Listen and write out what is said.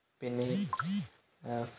പിന്നെ